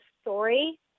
story